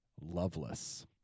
loveless